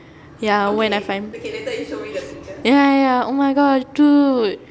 ya when I find ya ya oh my god dude